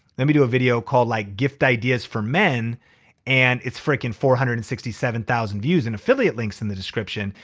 let me do a video called like gift ideas for men and it's fricking four hundred and sixty seven thousand views and affiliate links in the description.